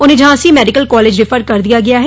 उन्हें Jhansi medical college refer कर दिया गया है